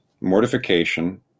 Mortification